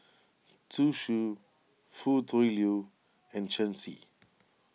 Zhu Xu Foo Tui Liew and Shen Xi